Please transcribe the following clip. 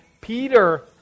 Peter